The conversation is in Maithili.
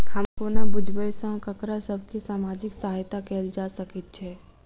हम कोना बुझबै सँ ककरा सभ केँ सामाजिक सहायता कैल जा सकैत छै?